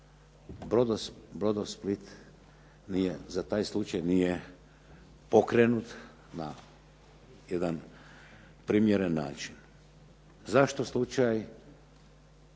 Brodosplit nije za taj slučaj nije pokrenut na jedan primjeren način. Zašto slučaj